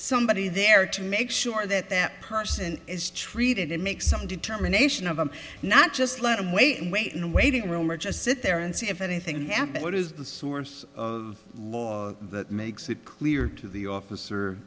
somebody there to make sure that that person is treated and make some determination of them not just let them wait and wait and waiting room or just sit there and see if anything can happen what is the source of law that makes it clear to the officer